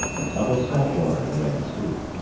a tub of salt water lay at his feet.